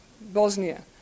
Bosnia